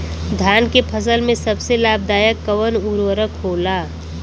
धान के फसल में सबसे लाभ दायक कवन उर्वरक होला?